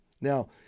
Now